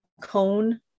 cone